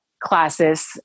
classes